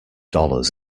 dollars